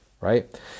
right